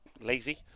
lazy